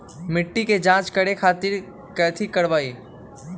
मिट्टी के जाँच करे खातिर कैथी करवाई?